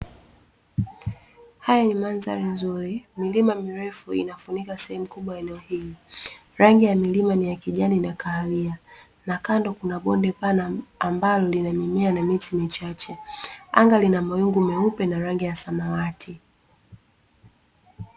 Haya ni mandhari nzuri, milima mirefu inafunika sehemu kubwa ya eneo hili. Rangi ya milima ni ya kijani na kahawia na kando kuna bonde pana ambalo lina mimea na miti michache. Anga lina mawingu meupe na rangi ya samawati.